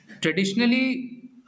traditionally